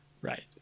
right